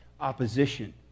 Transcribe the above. opposition